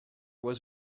was